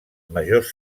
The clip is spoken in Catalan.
majors